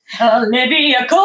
Olivia